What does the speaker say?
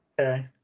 Okay